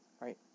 right